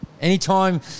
Anytime